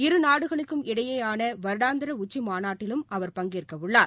இரு நாடுகளுக்கும் இடையேயானவருடாந்திரஉச்சிமாநாட்டிலும் அவர் பங்கேற்கவுள்ளார்